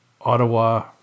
Ottawa